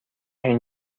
این